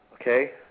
Okay